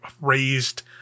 raised